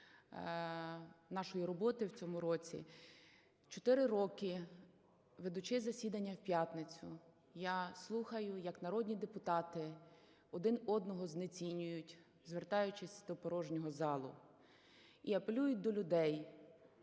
нашої роботи в цьому році. Чотири роки, ведучи засідання в п'ятницю, я слухаю, як народні депутати один одного знецінюють, звертаючись до порожнього залу, і апелюють до людей,